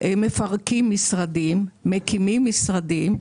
מפרקים משרדים, מקימים משרדים,